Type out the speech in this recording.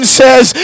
says